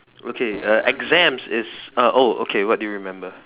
okay uh exams is uh oh okay what do you remember